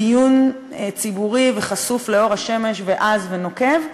בדיון ציבורי וחשוף לאור השמש ועז ונוקב.